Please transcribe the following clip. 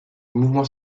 mouvement